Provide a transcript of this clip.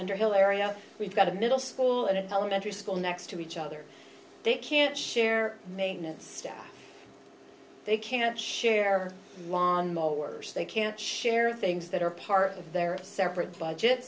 underhill area we've got a middle school and it elementary school next to each other they can't share maintenance staff they can't share lawn mowers they can't share things that are part of their separate budget